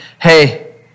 hey